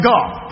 God